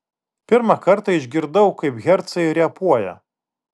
pirmą kartą išgirdau kaip hercai repuoja